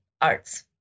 arts